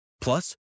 Plus